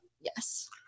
yes